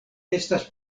estas